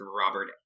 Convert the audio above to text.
Robert